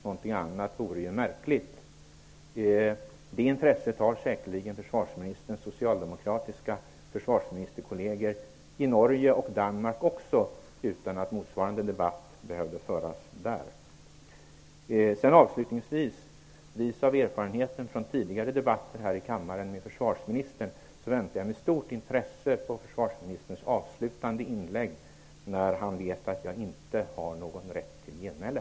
Någonting annat vore ju märkligt. Det intresset har säkerligen också försvarsministerns socialdemokratiska försvarsministerkolleger i Norge och Danmark, utan att motsvarande debatt behövde föras där. Avslutningsvis vill jag säga att vis av erfarenheten från tidigare debatter här i kammaren med försvarsministern väntar jag med stort intresse på försvarsministerns avslutande inlägg - när han vet att jag inte har någon rätt till genmäle.